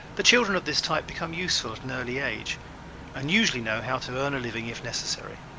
the children of this type become useful at an early age and usually know how to earn a living if necessary.